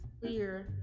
clear